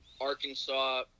Arkansas